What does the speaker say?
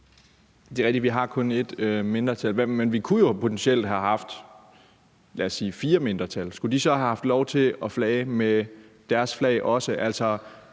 Det er rigtigt, at vi kun har ét mindretal. Men vi kunne jo potentielt have haft, lad os sige fire mindretal. Skulle de så have haft lov til at flage med deres flag også?